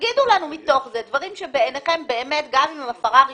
תגידו לנו מתוך זה דברים שבעיניכם באמת גם אם זו הפרה ראשונית,